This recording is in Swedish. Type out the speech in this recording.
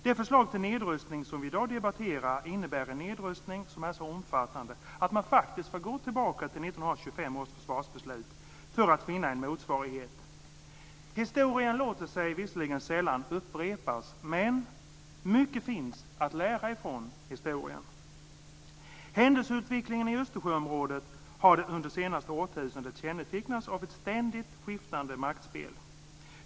Det förslag till nedrustning som vi i dag debatterar innebär en nedrustning som är så omfattande att man får gå tillbaka till 1925 års försvarsbeslut för att finna en motsvarighet. Historien låter sig visserligen sällan upprepas, men mycket finns att lära från historien. Händelseutvecklingen i Östersjöområdet har under det senaste årtusendet kännetecknats av ett ständigt skiftande maktspel.